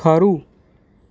ખરું